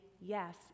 yes